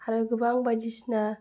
आरो गोबां बायदिसिना